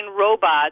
robots